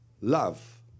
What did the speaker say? love